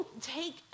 take